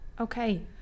Okay